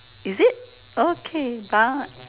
is it okay but